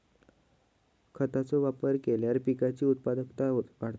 खतांचो वापर केल्यार पिकाची उत्पादकताही वाढता